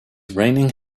raining